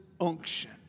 unction